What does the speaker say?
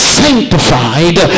sanctified